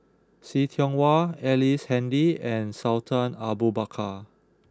See Tiong Wah Ellice Handy and Sultan Abu Bakar